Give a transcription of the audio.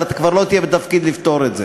אבל אתה כבר לא תהיה בתפקיד לפתור את זה.